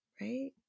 right